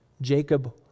jacob